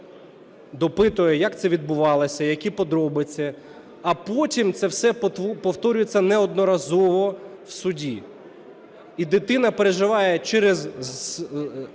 допитує, як це відбувалося, які подробиці, а потім це все повторюється неодноразово в суді. І дитина переживає через…